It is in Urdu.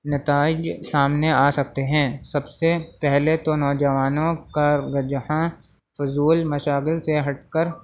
نتائج سامنے آ سکتے ہیں سب سے پہلے تو نوجوانوں کا وجہاں فضول مشاغل سے ہٹ کر